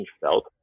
felt